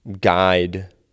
guide